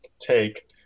take